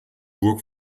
burg